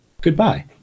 goodbye